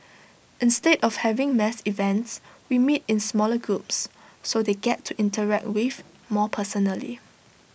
instead of having mass events we meet in smaller groups so they get to interact with more personally